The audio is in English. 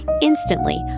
instantly